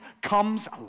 comes